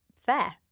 fair